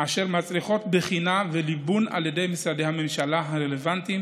אשר מצריכות בחינה וליבון על ידי משרדי הממשלה הרלוונטיים